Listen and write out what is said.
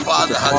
Father